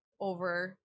over